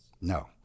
No